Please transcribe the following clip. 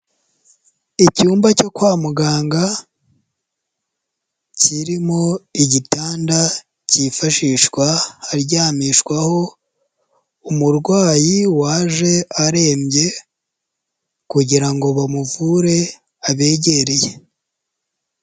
Icyumba cyo kwa muganga, kirimo igitanda cyifashishwa haryamishwaho, umurwayi waje arembye, kugira ngo bamuvure abegereye.